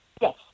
Yes